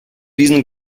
diesen